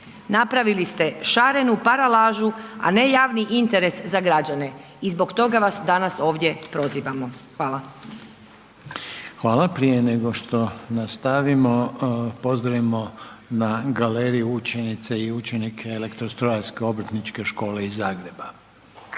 Napravili ste šarenu paralažu, a ne javni interes za građane i zbog toga vas danas ovdje prozivamo. Hvala. **Reiner, Željko (HDZ)** Hvala, prije nego što nastavimo pozdravimo na galeriji učenice i učenike Elektrostrojarske obrtničke škole iz Zagreba